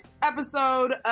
Episode